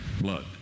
blood